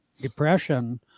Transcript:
depression